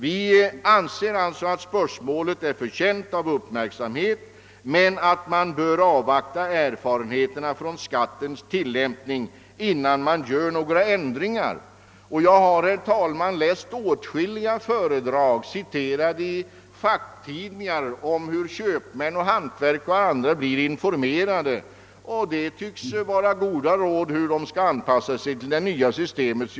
Vi anser alltså att spörsmålet är förtjänt av uppmärksamhet men att vi bör avvakta erfarenheterna från skattens tillämpning innan vi vidtar några änd ringar. Jag har, herr talman, läst åtskilliga föredrag, refererade i facktidningar, om hur köpmän, hantverkare och andra blir informerade. Det tycks vara goda råd om hur de skall anpassa sig till det nya systemet.